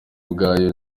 ubwayo